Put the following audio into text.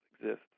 exist